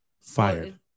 Fired